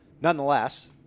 nonetheless